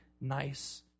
nice